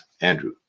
Andrew